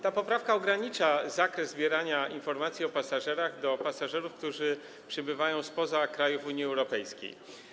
Ta poprawka ogranicza zakres zbierania informacji o pasażerach do tych, którzy przybywają spoza krajów Unii Europejskiej.